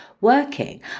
working